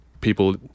people